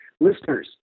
Listeners